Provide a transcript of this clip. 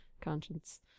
conscience